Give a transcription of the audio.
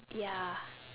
ya